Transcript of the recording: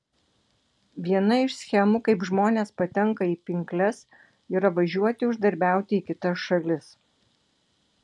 viena iš schemų kaip žmonės patenka į pinkles yra važiuoti uždarbiauti į kitas šalis